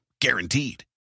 Guaranteed